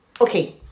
Okay